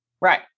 Right